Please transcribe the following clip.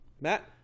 Matt